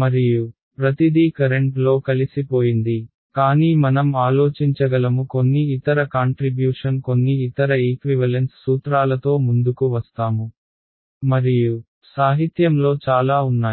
మరియు ప్రతిదీ కరెంట్లో కలిసిపోయింది కానీ మనం ఆలోచించగలము కొన్ని ఇతర కాంట్రిబ్యూషన్ కొన్ని ఇతర ఈక్వివలెన్స్ సూత్రాలతో ముందుకు వస్తాము మరియు సాహిత్యంలో చాలా ఉన్నాయి